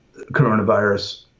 coronavirus